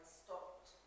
stopped